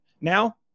Now